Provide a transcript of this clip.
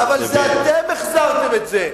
אבל אתם החזרתם את זה.